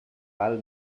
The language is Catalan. val